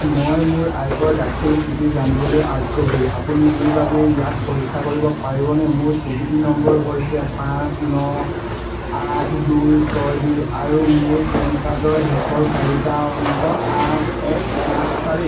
মই মোৰ আয়কৰ দাখিল স্থিতি জানিবলৈ আগ্ৰহী আপুনি মোৰ বাবে ইয়াক পৰীক্ষা কৰিব পাৰিবনে মোৰ স্বীকৃতি নম্বৰ হৈছে পাঁচ ন আঠ দুই ছয় দুই আৰু মোৰ পেন কাৰ্ডৰ শেষৰ চাৰিটা অংক আঠ এক সাত চাৰি